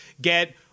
get